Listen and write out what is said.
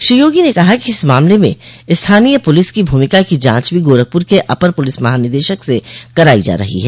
श्री योगी ने कहा कि इस मामले में स्थानीय पुलिस की भूमिका की जांच भी गोरखपुर के अपर पुलिस महानिदेशक से कराई जा रही है